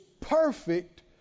perfect